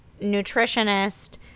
nutritionist